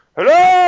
Hello